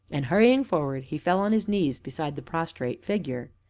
and, hurrying forward, he fell on his knees beside the prostrate figure.